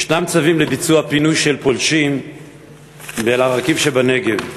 יש צווים לביצוע פינוי של פולשים באל-עראקיב שבנגב.